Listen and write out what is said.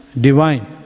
divine